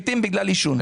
מתים בגלל עישון.